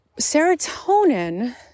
serotonin